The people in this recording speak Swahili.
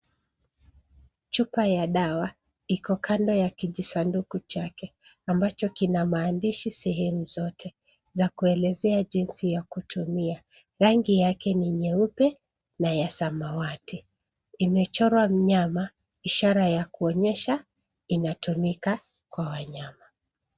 Chupa ya dawa imewekwa kando ya kisanduku chake ambacho kimeandikwa maelezo muhimu pamoja na maelekezo ya matumizi. Sanduku hilo lina rangi ya nyeupe na samawati, na limechorwa picha ya mnyama kama ishara kwamba dawa hii inatumiwa kwa wanyama.